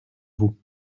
vous